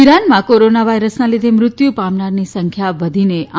ઈરાનમાં corona વાયરસના લીધે મૃત્યુ પામનારની સંખ્યા વધીને સંખ્યા